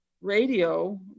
radio